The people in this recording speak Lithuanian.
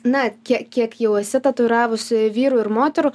na kie kiek jau esi tatuiravusi vyrų ir moterų